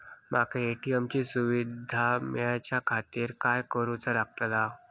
माका ए.टी.एम ची सुविधा मेलाच्याखातिर काय करूचा लागतला?